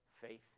faith